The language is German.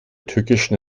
türkischen